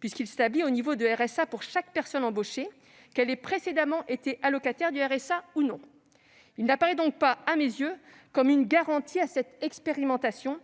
puisqu'il s'établit au niveau du revenu de solidarité active (RSA) pour chaque personne embauchée, qu'elle ait précédemment été allocataire du RSA ou non. Il n'apparaît donc pas à mes yeux comme une garantie et il reviendra